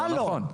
זה לא נכון.